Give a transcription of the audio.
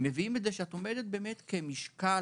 מביאים לכך שאת עומדת כמשקל,